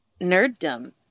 nerddom